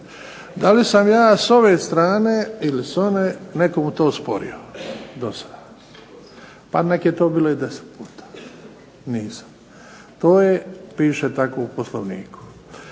Da li sam ja s ove strane ili s one nekomu to osporio do sada pa nek je to bilo i deset puta, nisam. To je piše tako u Poslovniku.